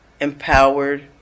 empowered